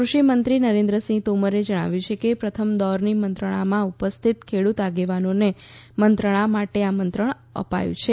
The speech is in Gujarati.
કુષિમંત્રી નરેન્દ્રસિંહ તોમરે જણાવ્યું છે કે પ્રથમ દોરની મંત્રણામાં ઉપસ્થિત ખેડૂત આગેવાનોને મંત્રણા માટે આમંત્રણ અપાયું છે